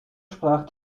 sprach